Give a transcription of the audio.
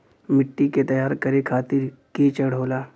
मिट्टी के तैयार करें खातिर के चरण होला?